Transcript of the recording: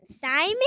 Simon